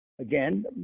again